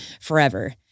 forever